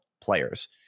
players